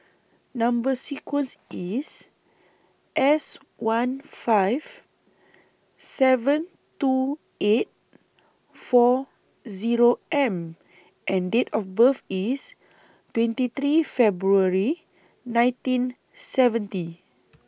Number sequence IS S one five seven two eight four Zero M and Date of birth IS twenty three February nineteen seventy